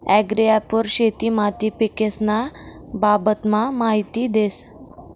agri app वर शेती माती पीकेस्न्या बाबतमा माहिती देस